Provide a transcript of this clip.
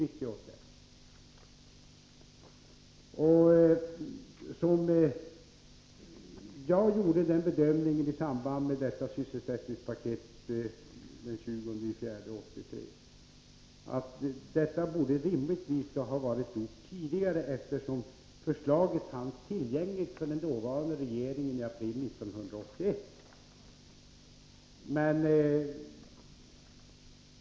I samband med att sysselsättningspaketet lades fram den 20 april 1983 gjorde jag bedömningen att detta rimligtvis skulle ha gjorts tidigare. Förslaget fanns ju tillgängligt för den dåvarande regeringen i april 1981.